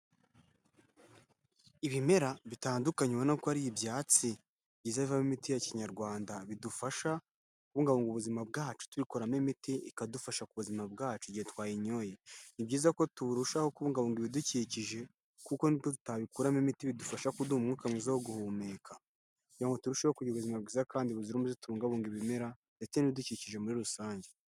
Ibimera bitandukanye ubonako ari ibyatsi bizavamo imiti ya Kinyarwanda bidufasha kubungabunga ubuzima bwacu tubikoramo imiti ikadufasha ku buzima bwacu igihe twayinyoye. Ni byiza ko turushaho kubungabunga ibidukikije kuko nibwo tutabikuramo imiti bidufasha kuduha umwuka mwiza wo guhumeka, kugira ngo turusheho kugira ubuzima bwiza kandi buzira umuze tubungabunga ibimera ndetse n'ibidukikije muri rusange.